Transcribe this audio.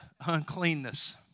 uncleanness